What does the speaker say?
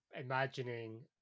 imagining